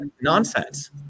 nonsense